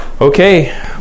Okay